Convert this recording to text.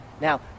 now